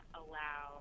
allow